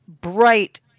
bright